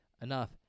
Enough